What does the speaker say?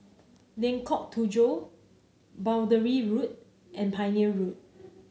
Lengkok Tujoh Boundary Road and Pioneer Road